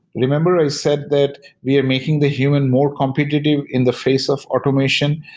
remember, i said that we are making the human more competitive in the face of automation,